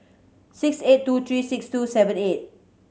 six eight two three six two seven eight